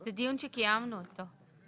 זה דיון שקיימנו אותו.